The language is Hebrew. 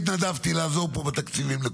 מנוסה, לא רק בעת מלחמה אלא לקראת החרפתה.